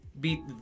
beat